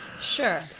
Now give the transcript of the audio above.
Sure